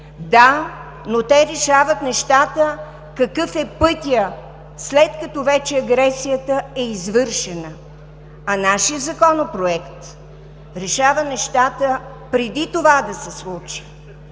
да, но те решават нещата какъв е пътят, след като вече агресията е извършена, а нашият Законопроект решава нещата преди това да се случи.